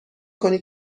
کنی